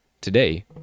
today